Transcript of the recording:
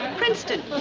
princeton.